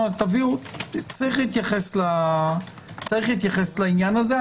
צריך להתייחס לעניין הזה.